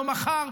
לא מחר,